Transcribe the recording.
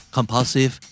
Compulsive